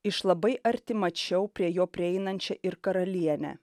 iš labai arti mačiau prie jo prieinančią ir karalienę